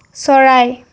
চৰাই